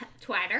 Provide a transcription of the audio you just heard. Twitter